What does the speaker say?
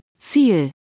Ziel